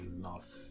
love